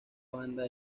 banda